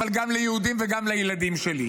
אבל גם ליהודים וגם לילדים שלי,